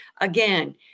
again